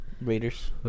Raiders